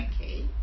okay